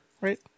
right